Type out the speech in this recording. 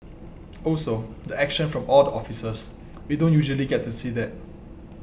also the action from all the officers we don't usually get to see that